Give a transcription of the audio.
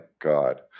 God